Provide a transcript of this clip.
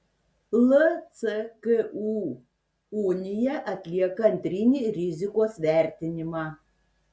lcku unija atlieka antrinį rizikos vertinimą